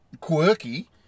Quirky